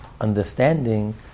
understanding